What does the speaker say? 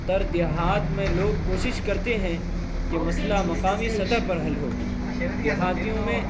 تر دیہات میں لوگ کوشش کرتے ہیں کہ مسئلہ مقامی سطح پر حل ہو دیہاتیوں میں